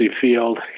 field